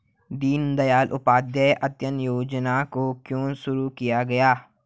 दीनदयाल उपाध्याय अंत्योदय योजना को क्यों शुरू किया गया?